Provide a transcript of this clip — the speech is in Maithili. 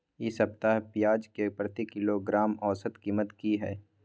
इ सप्ताह पियाज के प्रति किलोग्राम औसत कीमत की हय?